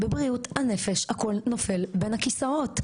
בבריאות הנפש הכול נופל בין הכיסאות.